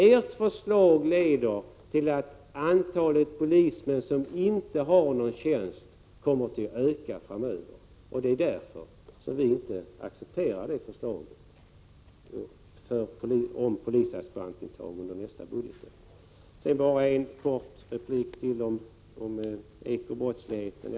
Ert förslag leder till att antalet poliser som inte har någon tjänst kommer att öka framöver. Det är därför vi inte accepterar förslaget om intagning av polisaspiranter för nästa budgetår. Bara en kort replik till om ekobrottsligheten.